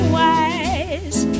wise